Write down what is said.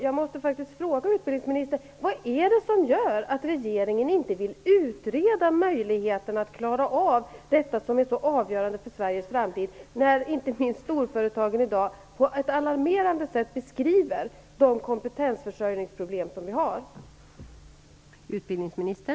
Jag måste fråga utbildningsministern: Vad är det som gör att regeringen inte vill utreda möjligheten att klara av det här som är så avgörande för Sveriges framtid? Inte minst storföretagen beskriver i dag på ett alarmerande sätt de kompetensförsörjningsproblem vi har.